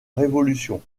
révolution